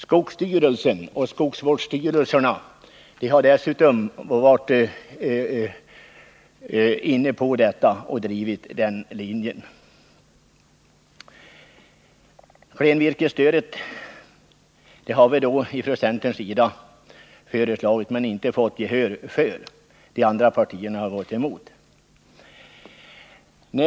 Skogsstyrelsen och skogsvårdsstyrelserna har också drivit den linjen. Vi har emellertid inte fått igenom våra förslag om klenvirkesstödet — de andra partierna har gått emot det.